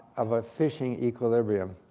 of a phishing equilibrium.